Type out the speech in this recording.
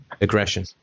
aggression